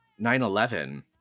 9-11